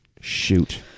Shoot